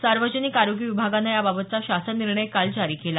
सार्वजनिक आरोग्य विभागानं याबाबतचा शासन निर्णय काल जारी केला